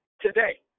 today